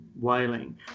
whaling